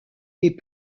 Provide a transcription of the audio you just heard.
les